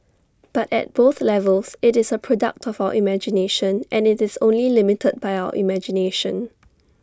but at both levels IT is A product of our imagination and IT is only limited by our imagination